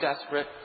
desperate